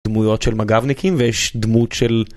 דמויות של מג"בניקים ויש דמות של...